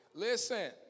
Listen